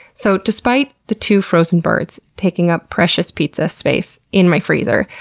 so despite the two frozen birds taking up precious pizza space in my freezer,